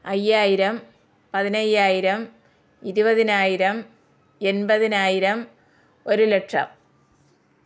അയ്യായിരം പതിനയ്യായിരം ഇരുപതിനായിരം എൺപതിനായിരം ഒരു ലക്ഷം